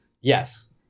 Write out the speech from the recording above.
Yes